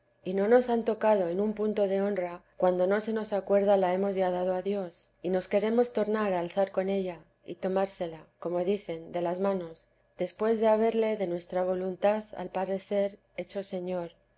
y no nos han tocado en un punto de honra cuando no se nos acuerda la hemos ya dado a dios y nos queremos tornar a alzar con ella y tomársela como dicen de las manos después de haberle de nuestra voluntad al parecer hecho señor